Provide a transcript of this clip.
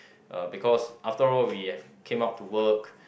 uh because after all we have came out to work